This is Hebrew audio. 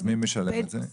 אז מי משלם את זה?